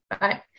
right